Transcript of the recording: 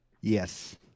Yes